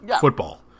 football